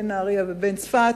בין נהרייה ובין צפת,